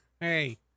Hey